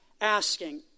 asking